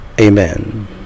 amen